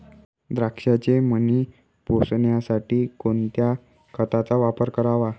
द्राक्षाचे मणी पोसण्यासाठी कोणत्या खताचा वापर करावा?